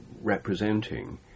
representing